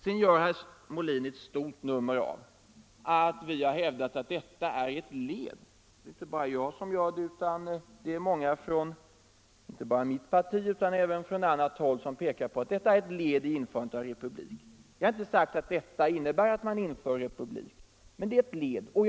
Herr Molin gör stort nummer av att vi — det är inte bara jag utan många andra, inte bara från mitt parti utan även från andra håll — har pekat på att detta är ett led i införandet av republik. Vi har inte sagt att detta innebär att man inför republik, men det kan vara ett led i Nr 70 den utvecklingen.